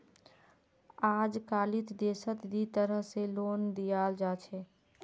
अजकालित देशत दी तरह स लोन दियाल जा छेक